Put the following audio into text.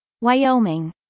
Wyoming